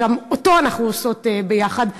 שגם אותו אנחנו עושות ביחד,